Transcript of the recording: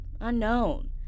unknown